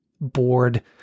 bored